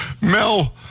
Mel